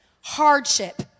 hardship